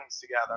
together